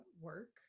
work